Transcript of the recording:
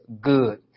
good